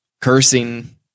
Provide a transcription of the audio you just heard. cursing